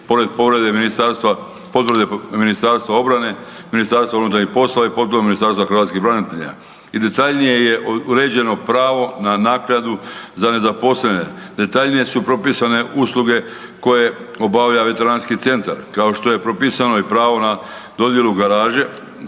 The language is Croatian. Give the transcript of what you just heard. pored potvrde Ministarstva obrane i MUP-a i potvrde Ministarstva hrvatskih branitelja. Također je detaljnije uređeno pravo na naknadu za nezaposlene, detaljnije su propisane usluge koje obavlja Veteranski centar, kao što je propisano pravo na dodjelu garaže.